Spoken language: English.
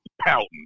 pouting